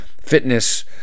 fitness